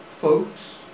folks